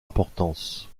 importance